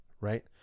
right